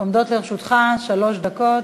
עומדות לרשותך שלוש דקות.